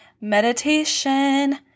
Meditation